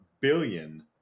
billion